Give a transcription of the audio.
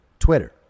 Twitter